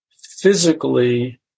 physically